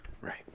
Right